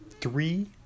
three